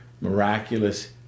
miraculous